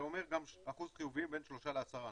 שאומר גם אחוז חיוביים בין שלושה לעשרה,